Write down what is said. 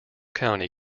county